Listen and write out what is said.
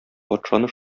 патшаны